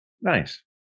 Nice